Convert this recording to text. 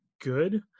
good